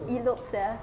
elope sia